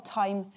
time